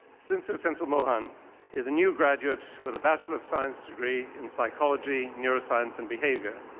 sinthu senbthillmohan is a new graduate with a bachelor of science degree in psychology, neuroscience, and behavior.